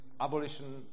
abolition